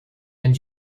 and